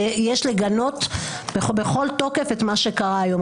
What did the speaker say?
יש לגנות בכל תוקף את מה שקרה היום.